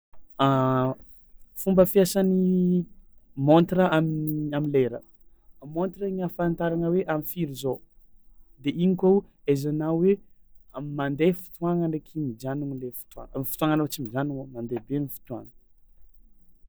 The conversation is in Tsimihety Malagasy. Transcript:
Fomba fiasan'ny montre amin'ny am'lera: montre igny ahafantaragna hoe am'firy zao de igny koa o ahaizanao hoe a mandeha fotoagna ndraiky mijanogno lay fotoagna ny fotoagnanao tsy mijanogno mandeha be ny fotoagna.